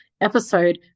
episode